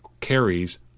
carries